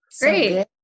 great